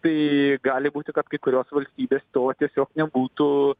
tai gali būti kad kai kurios valstybės to tiesiog nebūtų